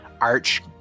arch